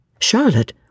Charlotte